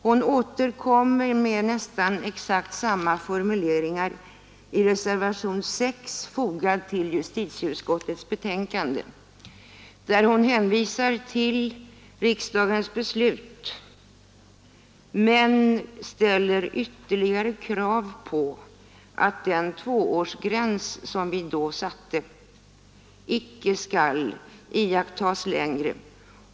Hon återkommer med nästan exakt samma formuleringar i reservationen 7 vid justitieutskottets betänkande, där hon hänvisar till riksdagens beslut men dessutom ställer kravet att gränsen två års fängelse, som vi då satte upp, icke längre skall iakttas.